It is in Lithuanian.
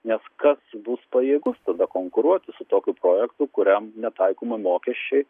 nes kas bus pajėgus tada konkuruoti su tokiu projektu kuriam netaikomi mokesčiai